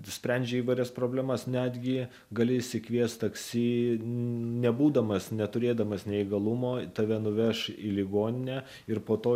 sprendžia įvairias problemas netgi gali išsikviest taksi nebūdamas neturėdamas neįgalumo tave nuveš į ligoninę ir po to ir